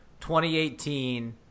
2018